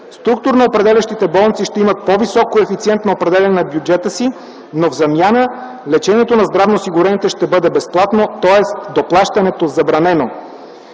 Структуроопределящите болници ще имат по-висок коефициент на определяне на бюджета си, но в замяна лечението на здравноосигурените ще бъде безплатно, т.е. доплащането - забранено!